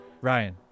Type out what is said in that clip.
Ryan